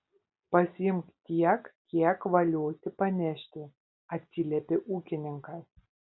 pasiimk tiek kiek valiosi panešti atsiliepė ūkininkas